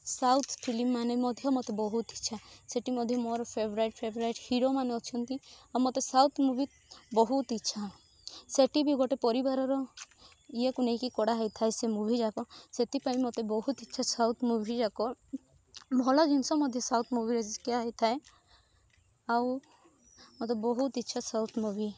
south film ମାନେ ମଧ୍ୟ ମତେ ବହୁତ ଇଚ୍ଛା ସେଇଠି ମଧ୍ୟ ମୋର ଫେବେରେଟ ଫେବେରେଟ ହିରୋ ମାନେ ଅଛନ୍ତି ଆଉ ମତେ ସାଉଥ ମୁଭି ବହୁତ ଇଚ୍ଛା ସେଇଠି ବି ଗୋଟେ ପରିବାରର ଇଏକୁ ନେଇକି କଡ଼ା ହେଇଥାଏ ସେ ମୁଭି ଯାକ ସେଥିପାଇଁ ମତେ ବହୁତ ଇଚ୍ଛା ସାଉଥ ମୁଭି ଯାକ ଭଲ ଜିନିଷ ମଧ୍ୟ ସାଉଥ ମୁଭିରେ ଶିଖା ହେଇଥାଏ ଆଉ ମତେ ବହୁତ ଇଚ୍ଛା ସାଉଥ ମୁଭି